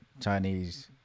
Chinese